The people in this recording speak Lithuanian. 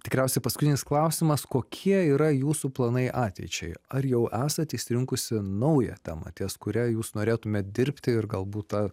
tikriausiai paskutinis klausimas kokie yra jūsų planai ateičiai ar jau esat išsirinkusi naują temą ties kuria jūs norėtumėt dirbti ir galbūt ta